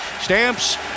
Stamps